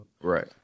Right